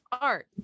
art